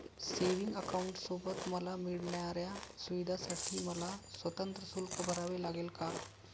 Savings अकाउंटसोबत मला मिळणाऱ्या सुविधांसाठी मला स्वतंत्र शुल्क भरावे लागेल का?